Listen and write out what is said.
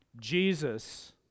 Jesus